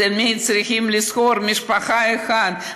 תמיד צריכים לזכור: משפחה אחת,